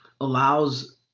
allows